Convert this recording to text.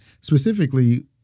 specifically